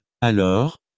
Alors